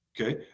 Okay